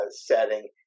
setting